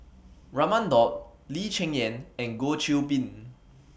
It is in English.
Raman Daud Lee Cheng Yan and Goh Qiu Bin